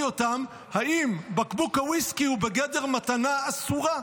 אותם אם בקבוק ויסקי הוא בגדר מתנה אסורה.